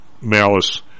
malice